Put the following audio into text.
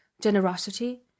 generosity